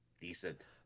decent